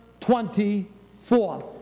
24